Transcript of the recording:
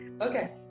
Okay